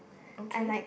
okay